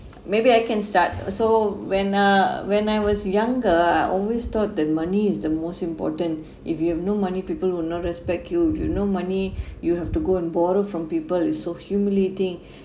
maybe I can start so when uh when I was younger I always thought that money is the most important if you have no money people will not respect you if you no money you have to go and borrow from people is so humiliating